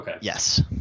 yes